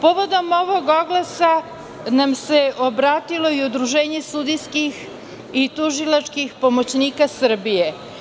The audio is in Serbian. Povodom ovog oglasa nam se obratilo i Udruženje sudijskih i tužilačkih pomoćnika Srbije.